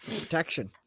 Protection